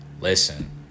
listen